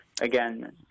Again